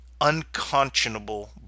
unconscionable